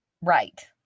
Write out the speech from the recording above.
right